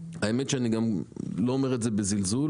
אני לא אומר את זה בזלזול